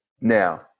now